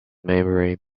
maybury